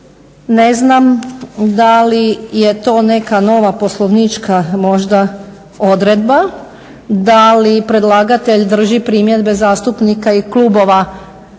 ne znam da li je to neka nova poslovnička možda odredba, da li predlagatelj drži primjedbe zastupnika i klubova